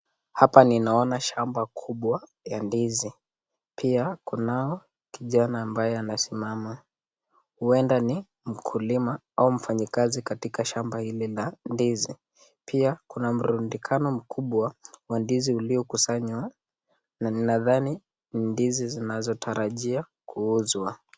Hapa ni naona shamba kubwa ya ndizi pia Kunal kijana ambaye anasimama uenda ni mkulima au ni mfanyikazi katika shamba hili la ndizi pia Kuna mrundikano mkubwa wa ndizi ilio kusanywa na Nina dhani ndizi zinazotarajiwa kuuzwa.